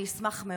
אני אשמח מאוד.